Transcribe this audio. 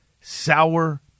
sour